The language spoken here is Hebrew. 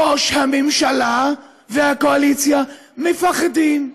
ראש הממשלה והקואליציה מפחדים.